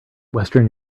western